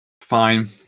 Fine